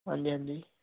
ਹਾਂਜੀ ਹਾਂਜੀ